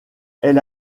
elle